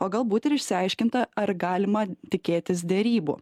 o galbūt ir išsiaiškinta ar galima tikėtis derybų